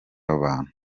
abantu